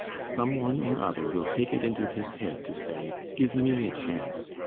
some one or other will take it into his head to say give me a chance!